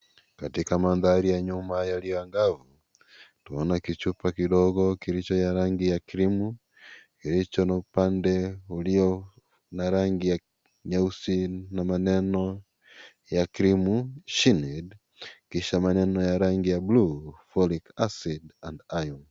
Katika manthari ya nyuma yaliyo angavu, twaona kichupa kidogo kilicho, ya rangi ya krimu, kilicho na upande ulio na rangi nyeusi na maneno, ya krimu (cs)shinid(cs), kisha maneno ya rangi ya (cs)blue, foric acid and iron(cs).